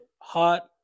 hot